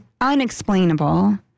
unexplainable